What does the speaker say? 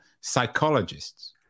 psychologists